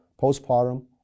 postpartum